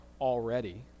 already